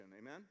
amen